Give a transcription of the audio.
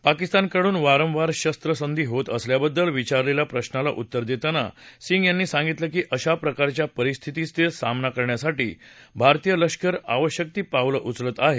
पाकिस्तानकडून वारंवार शस्त्र संधी होत असल्याबद्दल विचारलेल्या प्रश्ना उत्तर देत असताना सिंग यांनी सांगितलं की आशा प्रकारच्या परिस्थती सामना करण्यासाठी भारतीय लष्कर आवश्यक ती पावलं उचलत आहे